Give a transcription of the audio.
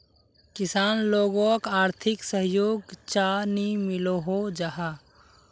किसान लोगोक आर्थिक सहयोग चाँ नी मिलोहो जाहा?